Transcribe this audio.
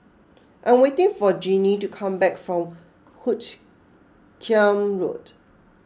I am waiting for Jeannie to come back from Hoot Kiam Road